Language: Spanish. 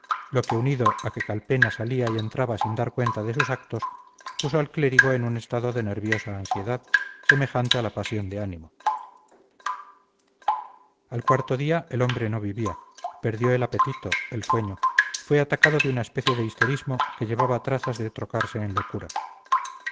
lo que unido a que calpena salía y entraba sin dar cuenta de sus actos puso al clérigo en un estado de nerviosa ansiedad semejante a la pasión de ánimo al cuarto día el hombre no vivía perdió el apetito el sueño fue atacado de una especie de histerismo que llevaba trazas de trocarse en locura